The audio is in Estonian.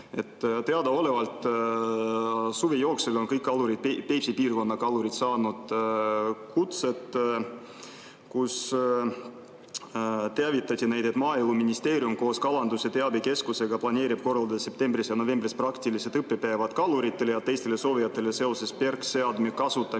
Teadaolevalt suve jooksul on kõik Peipsi piirkonna kalurid saanud kutse, kus teavitati neid, et Maaeluministeerium koos kalanduse teabekeskusega planeerib korraldada septembris ja novembris praktilised õppepäevad kaluritele ja teistele soovijatele seoses PERK-seadme kasutamisega